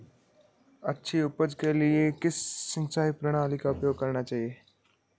अच्छी उपज के लिए किस सिंचाई प्रणाली का उपयोग करना चाहिए?